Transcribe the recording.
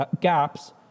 gaps